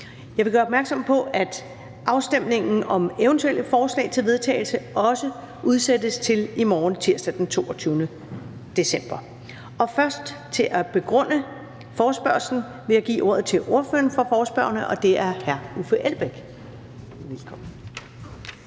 Jeg vil gøre opmærksom på, at afstemning om eventuelle forslag til vedtagelse også udsættes til i morgen, tirsdag den 22. december 2020. For først at begrunde forespørgslen vil jeg give ordet til ordføreren for forslagsstillerne, og det er hr. Uffe Elbæk.